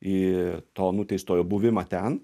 į to nuteistojo buvimą ten